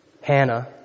Hannah